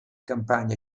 campagna